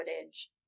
footage